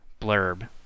blurb